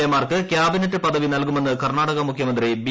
A മാർക്ക് cabinet പദവി നൽകുമെന്ന് കർണ്ണാടക മുഖ്യമന്ത്രി ബി